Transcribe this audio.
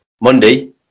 Monday